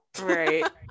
Right